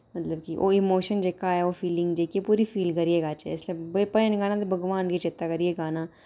मतलब कि ओह् इमोशन जेह्का ऐ ओह् फीलिंग जेह्की ऐ पूरी फील करियै गाह्चै जिसलै भजन गाना होऐ भगोआन गी चेता करियै गाना